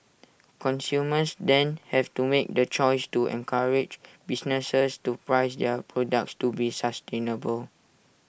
consumers then have to make the choice to encourage businesses to price their products to be sustainable